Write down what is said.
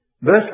verse